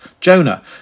Jonah